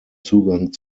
zugang